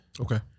Okay